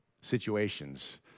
situations